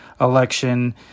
election